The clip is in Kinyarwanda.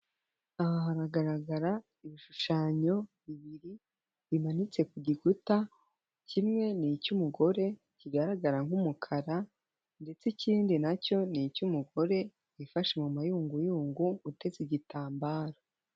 Aha haragaragara ibishushanyo bibiri bimanitse ku gikuta, kimwe n' icy'umugore kigaragara nk'umukara ndetse ikindi nacyo ni icy'umugore yifashe mu mayunguyungu uteze igitambaro.